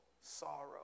sorrow